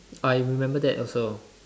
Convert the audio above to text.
I remember that also